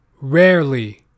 rarely